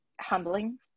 humbling